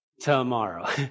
tomorrow